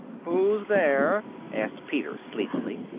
who's there? asked peter sleepily.